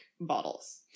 bottles